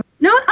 No